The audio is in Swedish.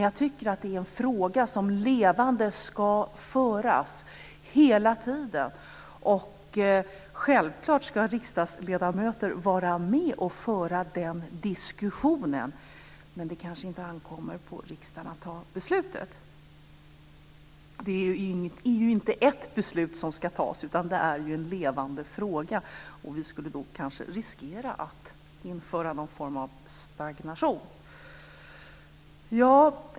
Jag tycker att det är en fråga som ska hållas levande hela tiden. Självklart ska riksdagsledamöter vara med och föra den diskussionen, men det kanske inte ankommer på riksdagen att fatta beslutet. Det är ju inte ett enskilt beslut som ska fattas, utan det är en levande fråga. Vi skulle kanske riskera att det inträder någon form av stagnation.